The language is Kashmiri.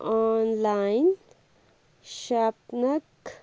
on line shopping